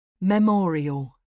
memorial